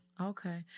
Okay